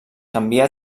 canvia